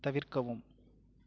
தவிர்க்கவும்